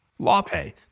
LawPay